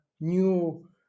new